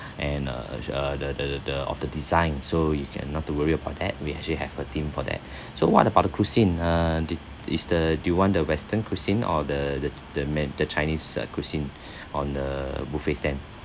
and uh and uh uh the the of the design so you can not to worry about that we actually have a theme for that so what about the cuisine uh thi~ is the do you want the western cuisine or the the main the chinese uh cuisine on the buffet stand